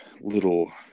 little